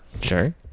sure